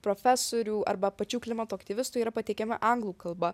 profesorių arba pačių klimato aktyvistų yra pateikiama anglų kalba